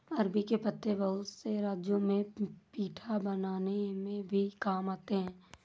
अरबी के पत्ते बहुत से राज्यों में पीठा बनाने में भी काम आते हैं